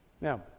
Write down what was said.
Now